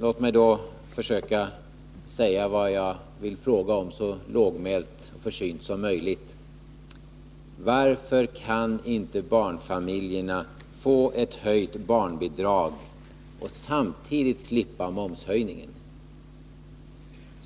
Låt mig då fråga så lågmält och försynt som möjligt: Varför kan inte barnfamiljerna få en höjning av barnbidraget och samtidigt slippa momshöjningen?